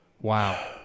Wow